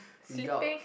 without